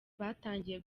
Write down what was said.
batangiye